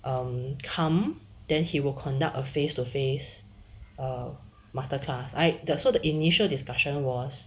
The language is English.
um come then he will conduct a face to face err masterclass I the so the initial discussion was